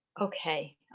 Okay